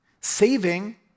Saving